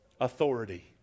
authority